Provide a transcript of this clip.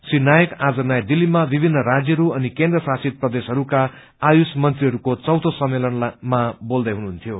श्री नाईक आज नयाँ दिल्लीमा विभिन्न राज्यहरू अनि केन्द्र शासित प्रदेशहरूका आयुष मंत्रीहरूको चौथो सम्मेलनमा बोल्दै हुनुहुन्थ्यो